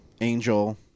Angel